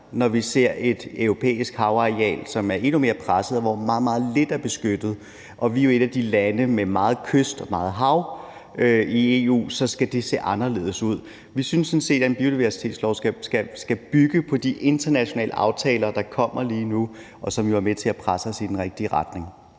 når vi ser et europæisk havareal, som er endnu mere presset, og hvor meget, meget lidt er beskyttet. Og vi er jo et af de lande med meget kyst og meget hav i EU, og så skal det se anderledes ud. Vi synes sådan set, at en biodiversitetslov skal bygge på de internationale aftaler, der kommer lige nu, og som jo er med til at presse os i den rigtige retning.